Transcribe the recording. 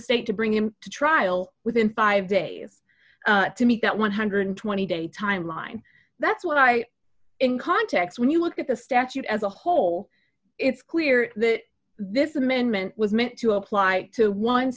state to bring him to trial within five days to make that one hundred and twenty day timeline that's what i in context when you look at the statute as a whole it's clear that this amendment was meant to apply to